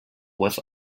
was